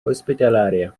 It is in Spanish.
hospitalaria